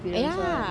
ya